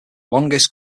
longest